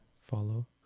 follow